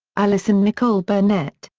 allyson nichole burnett,